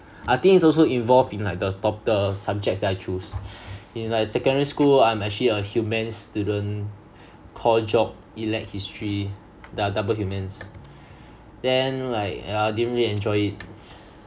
I think it's also involve in like the top~ the subjects that I choose in like secondary school I'm actually a humans student core geog elect history dou~ double humans then like ya I didn't really enjoy it